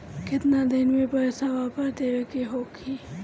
केतना दिन में पैसा वापस देवे के होखी?